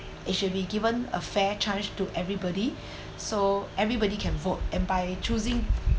it should be given a fair chance to everybody so everybody can vote and by choosing